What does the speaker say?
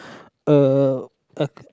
a a